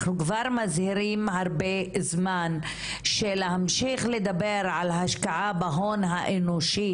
אנחנו כבר מזהירים הרבה זמן שלהמשיך לדבר על השקעה בהון האנושי,